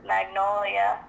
Magnolia